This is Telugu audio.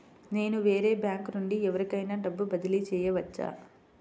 నేను వేరే బ్యాంకు నుండి ఎవరికైనా డబ్బు బదిలీ చేయవచ్చా?